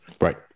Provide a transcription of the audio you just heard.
Right